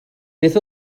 beth